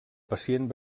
pacient